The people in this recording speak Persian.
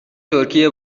ترکیه